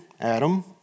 Adam